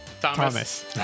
Thomas